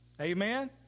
Amen